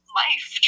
life